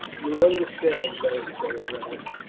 you understand, beric said at last,